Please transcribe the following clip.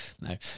no